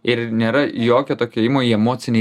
ir nėra jokio tokio ėjimo į emocinį